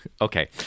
Okay